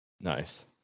nice